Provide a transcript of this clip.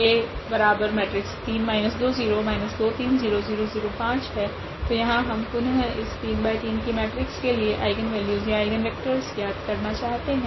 तो यहाँ हम पुनः इस 3×3 की मेट्रिक्स के लिए आइगनवेल्यूस तथा आइगनवेक्टरस ज्ञात करना चाहते है